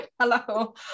hello